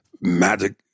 Magic